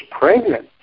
pregnant